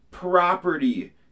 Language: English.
Property